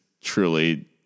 truly